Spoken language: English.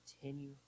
continue